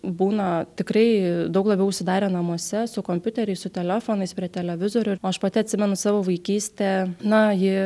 būna tikrai daug labiau užsidarę namuose su kompiuteriais su telefonais prie televizorių ir aš pati atsimenu savo vaikystę na ji